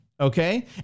Okay